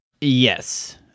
Yes